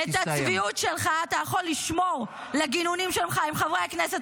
אז את הצביעות שלך אתה יכול לשמור לגינונים שלך עם חברי הכנסת